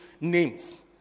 names